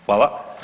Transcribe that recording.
Hvala.